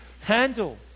handle